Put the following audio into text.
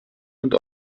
und